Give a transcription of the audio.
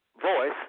voice